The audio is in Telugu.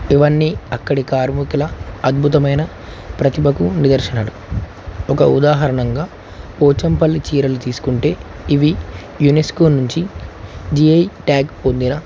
ఇవన్నీ అక్కడి కార్ముఖ్యల అద్భుతమైన ప్రతిభకు నిదర్శనడు ఒక ఉదాహరణంగా పోచంపల్లి చీరలు తీసుకుంటే ఇవి యునెస్కో నుంచి జిఐ ట్యాగ్ పొందిన